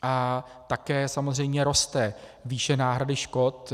A také samozřejmě roste výše náhrady škod.